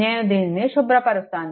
నేను దీనిని శుభ్రపరుస్తాను